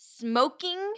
smoking